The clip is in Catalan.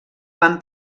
van